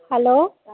hello